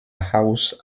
house